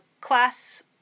Class